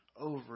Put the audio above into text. Over